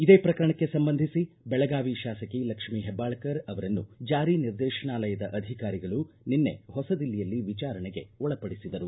ಇದೇ ಪ್ರಕರಣಕ್ಕೆ ಸಂಬಂಧಿಸಿ ಬೆಳಗಾವಿ ಶಾಸಕಿ ಲಕ್ಷ್ಮೀ ಹೆಬ್ಬಾಳಕರ್ ಅವರನ್ನು ಜಾರಿ ನಿರ್ದೇಶನಾಲಯದ ಅಧಿಕಾರಿಗಳು ನಿನ್ನೆ ಹೊಸ ದಿಲ್ಲಿಯಲ್ಲಿ ವಿಚಾರಣೆಗೆ ಒಳಪಡಿಸಿದರು